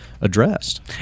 addressed